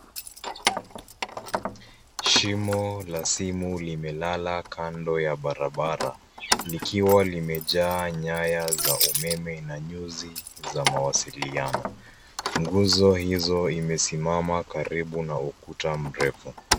Shimo la simu limelala kando ya barabara likiwa limejaa nyaya za umeme na nyuzi za mawasiliano, nguzo hizo imesimama karibu na ukuta mrefu.